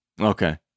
Okay